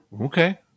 Okay